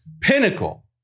Pinnacle